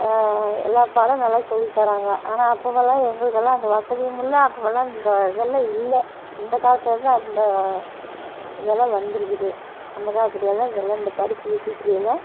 எல்லா பாடம் நல்லா சொல்லித் தராங்க ஆனால் அப்போதெல்லாம் எங்களுக்கெல்லாம் அந்த வசதியும் இல்லை அப்போதெல்லாம் இந்த இதெல்லாம் இல்லை இந்தக் காலத்தில் தான் அந்த இதெல்லாம் வந்துருக்குது அந்தக் காலத்தில் எல்லாம் இதெல்லாம் இந்த படிப்பு விஷயத்துலேலாம்